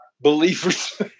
believers